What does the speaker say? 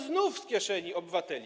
Znów z kieszeni obywateli.